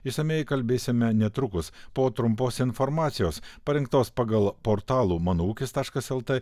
išsamiai kalbėsime netrukus po trumpos informacijos parinktos pagal portalų mano ūkis taškas lt